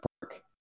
Park